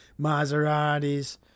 Maseratis